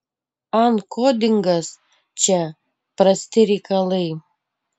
ankodingas čia prasti reikalai